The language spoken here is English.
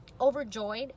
overjoyed